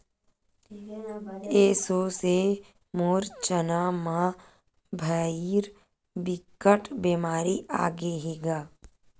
एसो से मोर चना म भइर बिकट बेमारी आगे हे गा